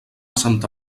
santa